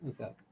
Okay